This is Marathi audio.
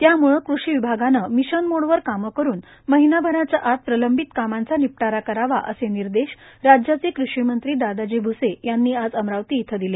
त्याम्ळे कृषी विभागाने मिशनमोडवर कामे करून महिनाभराच्या आत प्रलंबित कामांचा निपटारा करावा असे निर्देश राज्याचे कृषी मंत्री दादाजी भूसे यांनी आज अमरावती येथे दिले